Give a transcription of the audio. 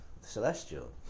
celestial